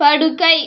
படுக்கை